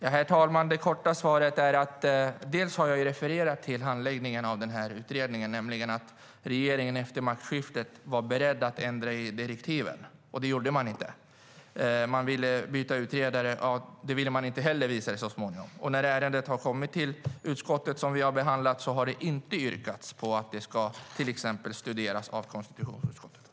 Herr talman! Jag har refererat till handläggning av utredningen, nämligen att regeringen efter maktskiftet var beredd att ändra i direktiven. Men det gjorde man inte. Man ville byta utredare. Men så småningom visade det sig att man inte heller ville det.